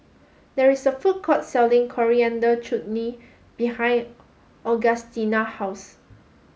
there is a food court selling Coriander Chutney behind Augustina house